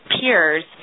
peers